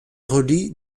relie